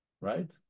right